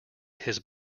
his